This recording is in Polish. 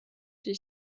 się